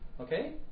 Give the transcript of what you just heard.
Okay